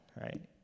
right